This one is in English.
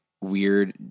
weird